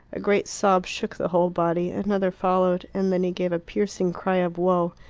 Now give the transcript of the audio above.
a great sob shook the whole body, another followed, and then he gave a piercing cry of woe,